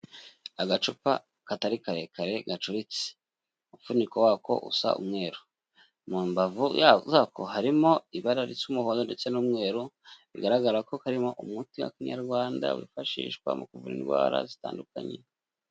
Agacupa katari karekare gacuritse, umufuniko wako usa umweru, mu mbavuko zako harimo ibara risa umuhondo ndetse n'umweru, bigaragara ko karimo umuti wa Kinyarwanda wifashishwa mu kuvura indwara zitandukanye.